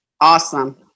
Awesome